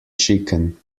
chicken